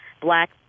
Black